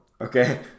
Okay